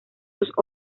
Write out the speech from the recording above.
sus